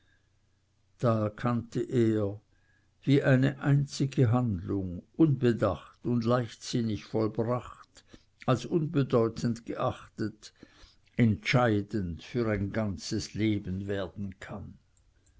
da erkannte er wie eine einzige handlung unbedacht und leichtsinnig vollbracht als unbedeutend geachtet entscheidend für ein ganzes leben werden kann